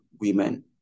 women